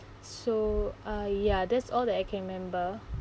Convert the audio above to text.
so uh ya that's all that I can remember